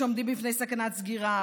שעומדים בפני סכנת סגירה,